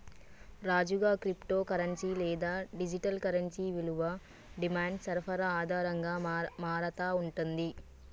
రాజుగా, crypto currency లేదా digital currency విలువ డిమాండ్ సరఫరా ఆధారంగా మారతా ఉంటుంది